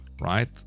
right